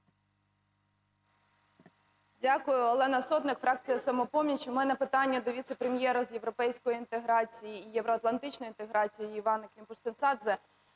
Дякую. Олена Сотник, фракція "Самопоміч". У мене питання до віце-прем'єра з європейської інтеграції і євроатлантичної інтеграції Іванни Климпуш-Цинцадзе.